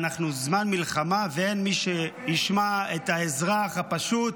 ואנחנו בזמן מלחמה ואין מי שישמע את האזרח הפשוט